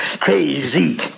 Crazy